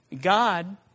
God